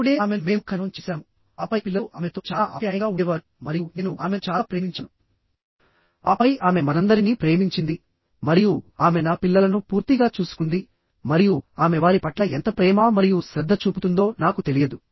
అప్పుడే ఆమెను మేము ఖననం చేశాము ఆపై పిల్లలు ఆమెతో చాలా ఆప్యాయంగా ఉండేవారు మరియు నేను ఆమెను చాలా ప్రేమించాను ఆపై ఆమె మనందరినీ ప్రేమించింది మరియు ఆమె నా పిల్లలను పూర్తిగా చూసుకుంది మరియు ఆమె వారి పట్ల ఎంత ప్రేమ మరియు శ్రద్ధ చూపుతుందో నాకు తెలియదు